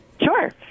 Sure